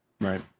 Right